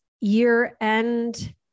year-end